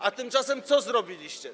A tymczasem co zrobiliście?